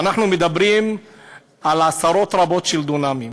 ואנחנו מדברים על עשרות רבות של דונמים.